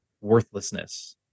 worthlessness